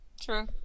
True